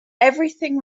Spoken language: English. everything